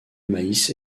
maïs